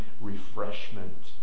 refreshment